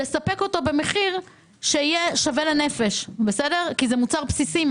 לספק אותו במחיר שיהיה שווה לנפש כי מים הם מוצר בסיסי,